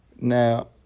Now